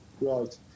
right